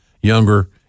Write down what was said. younger